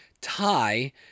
tie